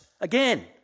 Again